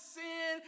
sin